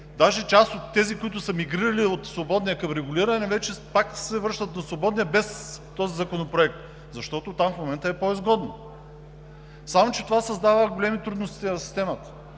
Даже част от тези, които са мигрирали от свободния към регулирания, вече пак се връщат на свободния без този законопроект, защото там в момента е по-изгодно. Само че това създава големи трудности на системата.